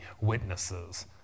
witnesses